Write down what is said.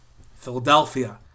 Philadelphia